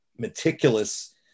meticulous